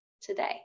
today